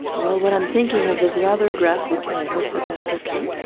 well, what i'm thinking of is rather graphic i hope that that's ok.